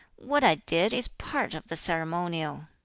what i did is part of the ceremonial!